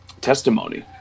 testimony